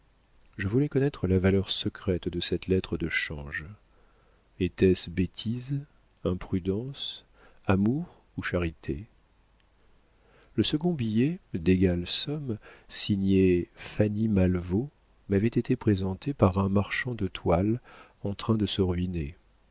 je voulais connaître la valeur secrète de cette lettre de change était-ce bêtise imprudence amour ou charité le second billet d'égale somme signé fanny malvaut m'avait été présenté par un marchand de toiles en train de se ruiner